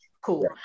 cool